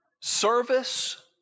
service